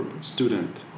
student